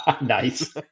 Nice